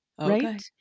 right